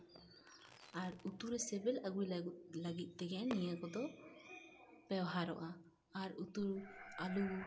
ᱟᱨ ᱩᱛᱩ ᱨᱮ ᱥᱮᱵᱮᱞ ᱟᱜᱩᱭ ᱞᱟᱹᱜᱤᱫ ᱛᱮᱜᱮ ᱱᱤᱭᱟᱹ ᱠᱚᱫᱚ ᱵᱮᱣᱦᱟᱨᱚᱜᱼᱟ ᱟᱨ ᱩᱛᱩ ᱟᱞᱩ